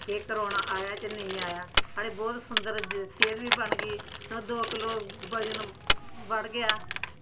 एह् कोरोना आया जां नेईं आया अरे बोह्त सुंदर सेह्त बी बन गेई ते चलो दो किलो वजन बढ़ गेआ